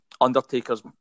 Undertaker's